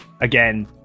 again